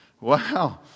Wow